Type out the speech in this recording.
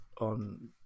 on